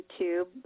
YouTube